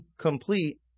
complete